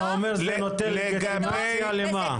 אתה אומר, זה נותן לגיטימציה למה?